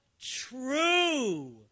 true